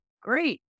Great